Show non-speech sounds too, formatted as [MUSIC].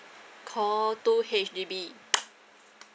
call two H_D_B [NOISE]